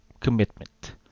Commitment